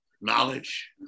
knowledge